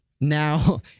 Now